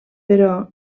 però